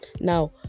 now